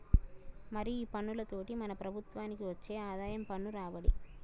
మరి ఈ పన్నులతోటి మన ప్రభుత్వనికి వచ్చే ఆదాయం పన్ను రాబడి